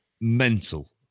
mental